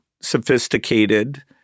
sophisticated